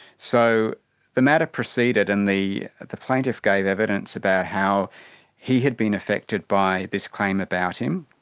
so the matter proceeded and the the plaintiff gave evidence about how he had been affected by this claim about him,